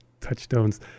touchstones